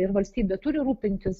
ir valstybė turi rūpintis